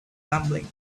rumbling